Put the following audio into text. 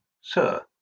sir